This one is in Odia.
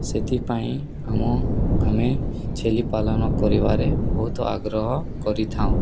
ସେଥିପାଇଁ ଆମ ଆମେ ଛେଳିପାଳନ କରିବାରେ ବହୁତ ଆଗ୍ରହ କରିଥାଉଁ